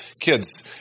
kids